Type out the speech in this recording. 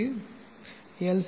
க்கு எல்